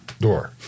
door